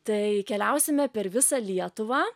tai keliausime per visą lietuvą